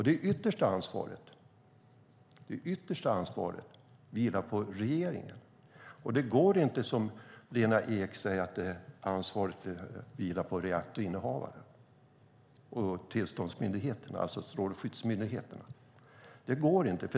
Det yttersta ansvaret vilar på regeringen. Det går inte att, som Lena Ek gör, säga att ansvaret vilar på reaktorinnehavaren och tillståndsmyndigheten, alltså Strålsäkerhetsmyndigheten.